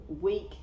week